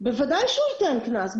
בוודאי שהוא ייתן קנס.